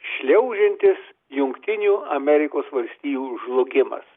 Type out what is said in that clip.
šliaužiantis jungtinių amerikos valstijų žlugimas